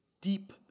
deep